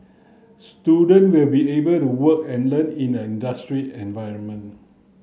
student will be able to work and learn in an industry environment